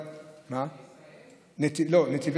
נתיבי